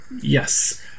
Yes